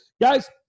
Guys